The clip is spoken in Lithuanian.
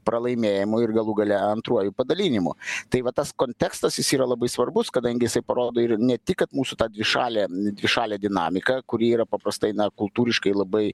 pralaimėjimu ir galų gale antruoju padalinimu tai va tas kontekstas jis yra labai svarbus kadangi jisai parodo ir ne tik kad mūsų ta dvišalė dvišalė dinamika kuri yra paprastai na kultūriškai labai